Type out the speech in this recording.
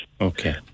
Okay